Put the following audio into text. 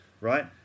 right